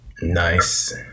Nice